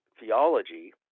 theology